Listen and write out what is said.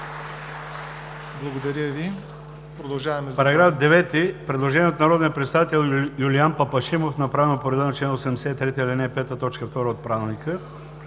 Благодаря Ви.